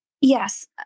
Yes